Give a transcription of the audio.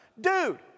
Dude